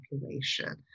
population